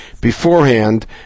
beforehand